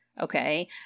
Okay